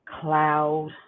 cloud